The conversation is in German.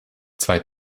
zwei